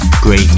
Great